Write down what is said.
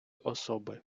особи